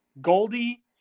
Goldie